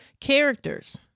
Characters